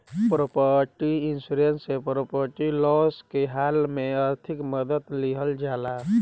property insurance से property loss के हाल में आर्थिक मदद लीहल जाला